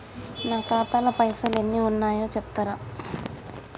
నా ఖాతా లా పైసల్ ఎన్ని ఉన్నాయో చెప్తరా?